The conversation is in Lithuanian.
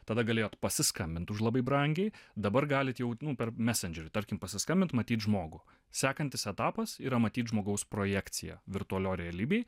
tada galėjot pasiskambint už labai brangiai dabar galit jau nu per messenger tarkim pasiskambint matyt žmogų sekantis etapas yra matyt žmogaus projekciją virtualioj realybėj